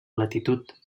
latitud